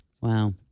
Wow